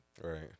Right